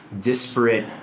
disparate